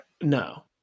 No